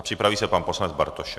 Připraví se pan poslanec Bartošek.